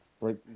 right